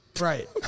right